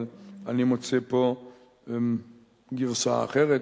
אבל אני מוצא פה גרסה אחרת,